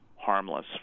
harmless